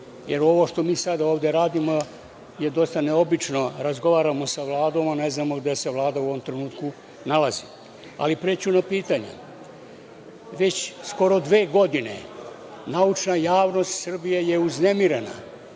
jer ovo što mi sad ovde radimo je dosta neobično, razgovaramo sa Vladom, a ne znamo gde se Vlada u ovom trenutku nalazi, ali preći ću na pitanja. Već skoro dve godine naučna javnost Srbije je uznemirena,